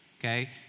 okay